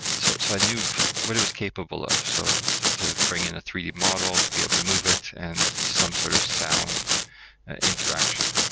so so i knew what it is capable of, so to to bring in a three d model, to be able to move it and some sort of sound interaction.